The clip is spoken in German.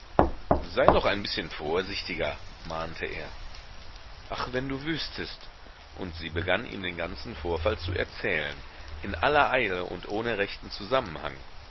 sei doch ein bißchen vorsichtiger mahnte er ach wenn du wüßtest und sie begann ihm den ganzen vorfall zu erzählen in aller eile und ohne rechten zusammenhang